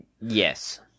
yes